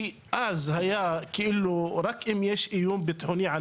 כי מה שהיה זה שרק אם יש איום ביטחוני על